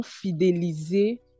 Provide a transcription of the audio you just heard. fidéliser